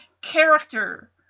character